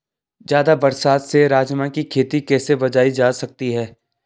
ज़्यादा बरसात से राजमा की खेती कैसी बचायी जा सकती है?